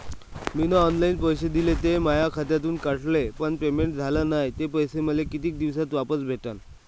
मीन online पैसे दिले, ते माया खात्यातून कटले, पण पेमेंट झाल नायं, ते पैसे मले कितीक दिवसात वापस भेटन?